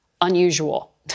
unusual